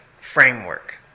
framework